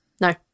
No